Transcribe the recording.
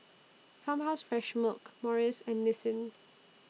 Farmhouse Fresh Milk Morries and Nissin